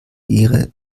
ihre